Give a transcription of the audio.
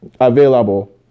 available